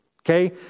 Okay